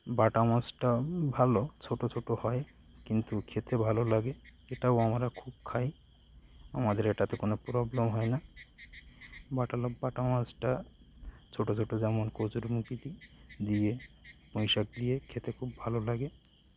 বাটা মাছটা ভালো ছোটো ছোটো হয় কিন্তু খেতে ভালো লাগে এটাও আমরা খুব খাই আমাদের এটাতে কোনো প্রবলেম হয় না বাটা ল বাটা মাছটা ছোটো ছোটো যেমন কচুর মুখি দিয়ে পুঁইশাক দিয়ে খেতে খুব ভালো লাগে